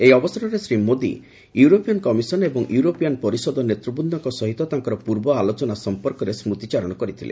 ଏହି ଅବସରରେ Shri Modi European commission ଏବଂ ୟୁରୋପୀୟାନ ପରିଷଦ ନେତୃବୃନ୍ଦଙ୍କ ସହିତ ତାଙ୍କର ପୂର୍ବ ଆଲୋଚନା ସଂପର୍କରେ ସ୍କୁତିଚାରଣ କରିଥିଲେ